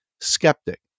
skeptic